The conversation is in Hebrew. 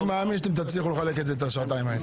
אני מאמין שאתם תצליחו לחלק את השעתיים האלה.